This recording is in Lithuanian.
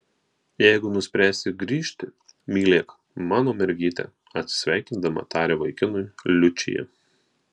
jeigu nuspręsi grįžti mylėk mano mergytę atsisveikindama taria vaikinui liučija